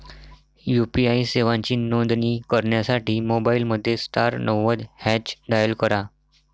UPI सेवांची नोंदणी करण्यासाठी मोबाईलमध्ये स्टार नव्वद हॅच डायल करा